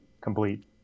complete